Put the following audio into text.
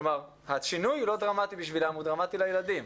כלומר השינוי הוא לא דרמטי בשבילם הוא דרמטי לילדים.